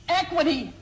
equity